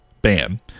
Bam